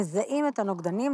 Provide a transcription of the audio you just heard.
מזהים את הנוגדנים,